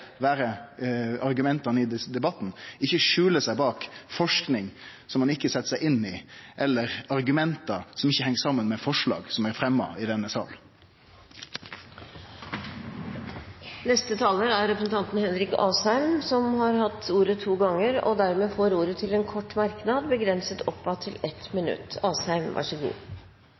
vere argumenta i debatten – ikkje skjule seg bak forsking som ein ikkje set seg inn i, eller argument som ikkje heng saman med forslag som er fremja i denne salen. Representanten Henrik Asheim har hatt ordet to ganger tidligere og får ordet til en kort merknad, begrenset til 1 minutt.